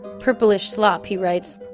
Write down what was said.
purplish slop, he writes.